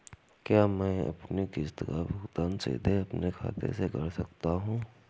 क्या मैं अपनी किश्त का भुगतान सीधे अपने खाते से कर सकता हूँ?